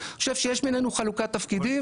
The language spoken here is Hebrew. אני חושב שיש בינינו חלוקת תפקידים,